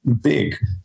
big